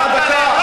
שנייה, דקה.